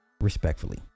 Respectfully